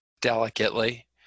Delicately